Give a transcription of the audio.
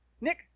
nick